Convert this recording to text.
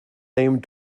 name